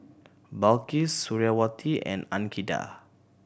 Balqis Suriawati and Andika